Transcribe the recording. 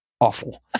awful